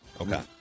Okay